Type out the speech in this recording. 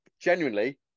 genuinely